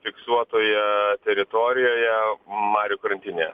fiksuotoje teritorijoje marių krantinėje